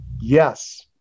Yes